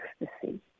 ecstasy